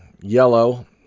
yellow